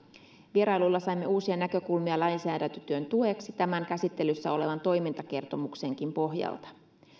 vierailulla saimme uusia näkökulmia lainsäädäntötyön tueksi tämän käsittelyssä olevan toimintakertomuksenkin pohjalta